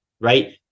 right